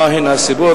מהן הסיבות,